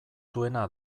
duena